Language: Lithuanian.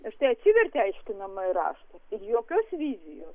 ir štai atsiverti aiškinamąjį raštą ir jokios vizijos